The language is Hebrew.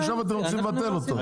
עכשיו אתם רוצים לבטל אותו.